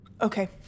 Okay